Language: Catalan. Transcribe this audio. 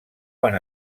van